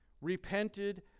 repented